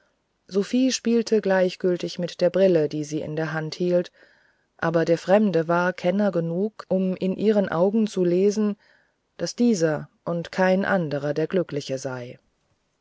sophie spielte gleichgültig mit der brille die sie in der hand hielt aber der fremde war kenner genug um in ihrem auge zu lesen daß dieser und kein anderer der glückliche sei